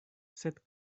sed